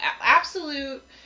absolute